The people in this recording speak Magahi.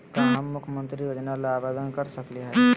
का हम मुख्यमंत्री योजना ला आवेदन कर सकली हई?